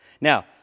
Now